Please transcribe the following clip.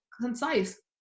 concise